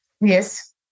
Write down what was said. Yes